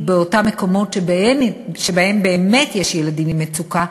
באותם מקומות שבהם באמת יש ילדים עם מצוקה,